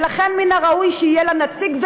ולכן מן הראוי שיהיה לה נציג.